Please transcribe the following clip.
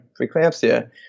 preeclampsia